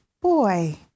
boy